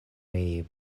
ree